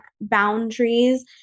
boundaries